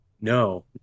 No